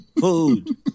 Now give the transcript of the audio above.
food